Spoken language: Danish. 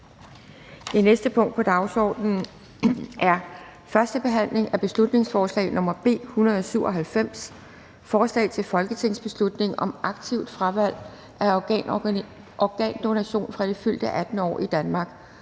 næste punkt på dagsordenen er: 3) 1. behandling af beslutningsforslag nr. B 197: Forslag til folketingsbeslutning om aktivt fravalg af organdonation fra det fyldte 18. år i Danmark